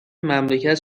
مملکت